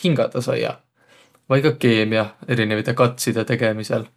hingädäq saiaq. Vai ka keemiah, erinevide katsidõ tegemisel.